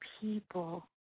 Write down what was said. people